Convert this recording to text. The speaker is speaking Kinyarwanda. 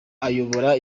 ayobora